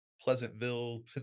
Pleasantville